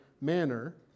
manner